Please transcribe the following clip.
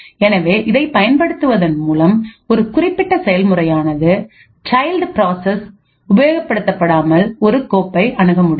எனவே இதைப் பயன்படுத்துவதன் மூலம் ஒரு குறிப்பிட்ட செயல்முறையானது சைல்ட் பிராசஸ் உபயோகப்படுத்தாமல் ஒரு கோப்பை அணுக முடியும்